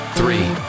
three